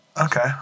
Okay